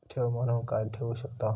ठेव म्हणून काय ठेवू शकताव?